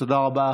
תודה רבה.